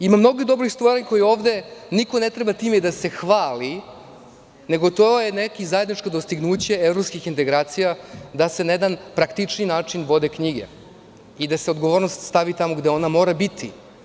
Ima mnogo dobrih stvari kojima ovde niko ne treba da se hvali, nego je to neko zajedničko dostignuće evropskih integracija, da se na jedan praktičniji način vode knjige i da se odgovornost stavi tamo gde ona mora biti.